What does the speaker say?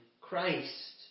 Christ